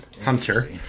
hunter